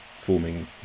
forming